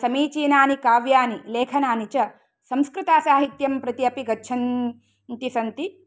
समीचीनानि काव्यानि लेखनानि च संस्कृतसाहित्यं प्रत्यपि गच्छन्ती सन्ति